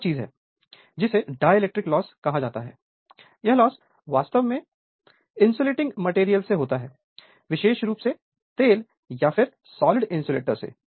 एक और चीज है जिसे डाइलेक्ट्रिक लॉस कहा जाता है यह लॉस वास्तव में इंसुलेटिंग मैटेरियल से होता है विशेष रूप से तेल या फिर सॉलिड इन्सुलेटर से